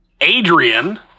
Adrian